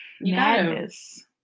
madness